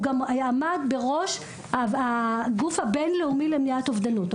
הוא גם עמד בראש הגוף הבין-לאומי למניעת אובדנות,